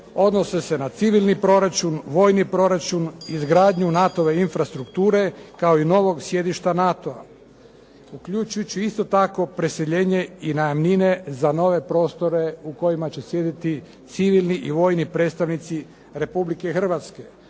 odnose se na civilni proračun, vojni proračun, izgradnju NATO-e infrastrukture kao i novog sjedišta NATO-a, uključujući preseljenje i najamnine za nove prostore u kojima će sjediti civilni i vojni predstavnici Republike Hrvatske.